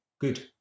good